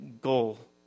goal